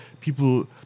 people